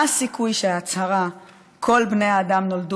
מה הסיכוי שההצהרה "כל בני האדם נולדו